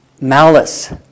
malice